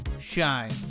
shine